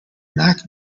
mac